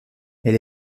elle